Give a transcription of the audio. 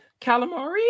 calamari